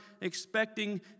expecting